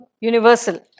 universal